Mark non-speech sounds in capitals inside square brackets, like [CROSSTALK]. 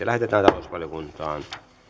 [UNINTELLIGIBLE] lähetetään talousvaliokuntaan